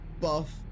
buff